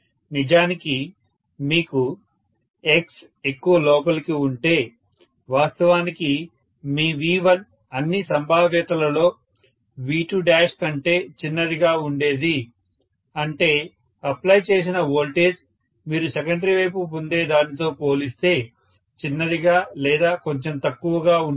నిజానికి మీకు X ఎక్కువ లోపలికి ఉంటే వాస్తవానికి మీ V1 అన్ని సంభావ్యతలలో V2 కంటే చిన్నదిగా ఉండేది అంటే అప్లై చేసిన వోల్టేజ్ మీరు సెకండరీ వైపు పొందే దానితో పోలిస్తే చిన్నదిగా లేదా కొంచెం తక్కువగా ఉంటుంది